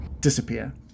disappear